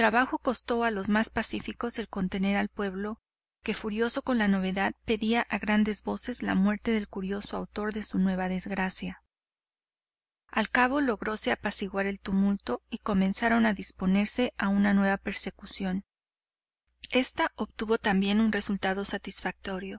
trabajo costó a los más pacíficos el contener al pueblo que con la novedad pedía a grandes voces la muerte del curioso autor de su nueva desgracia al cabo logróse apaciguar el tumulto y comenzaron a disponerse a una nueva persecución esta obtuvo también un resultado satisfactorio